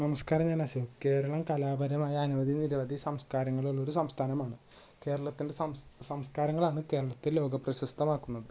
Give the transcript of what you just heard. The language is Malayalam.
നമസ്ക്കാരം ഞാൻ അശോക് കേരളം കലാപരമായ അനവധി നിരവധി സംസ്ക്കാരങ്ങൾ ഉള്ളൊരു സംസ്ഥനമാണ് കേരളത്തിൻ്റെ സംസ്കാരം സംസ്ക്കാരങ്ങളാണ് കേരളത്തെ ലോകപ്രശസ്തമാക്കുന്നത്